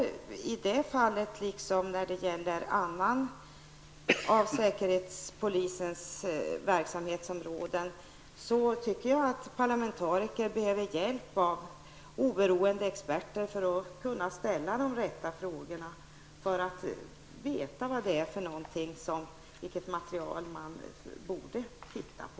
I det fallet, liksom när det gäller andra av säkerhetspolisens verksamhetsområden, tycker jag att parlamentariker behöver hjälp av oberoende experter för att kunna ställa de rätta frågorna och för att veta vilket material man bör titta på.